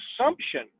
assumption